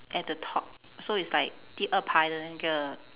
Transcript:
at the top so it's like 第二排的那个